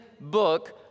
book